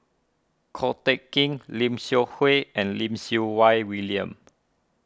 Ko Teck Kin Lim Seok Hui and Lim Siew Wai William